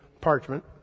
parchment